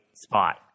spot